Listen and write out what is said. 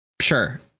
Sure